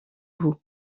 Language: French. vous